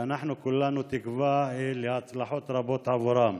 ואנחנו כולנו תקווה להצלחות רבות בעבורם.